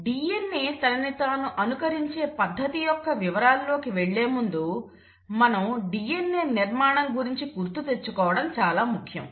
DNA తనని తాను అనుకరించే పద్ధతి యొక్క వివరాల్లోకి వెళ్ళేముందు మనం DNA నిర్మాణం గురించి గుర్తు తెచ్చుకోవడం చాలా ముఖ్యం